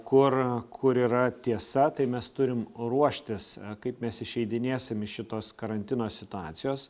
kur kur yra tiesa tai mes turim ruoštis kaip mes išeidinėsim iš šitos karantino situacijos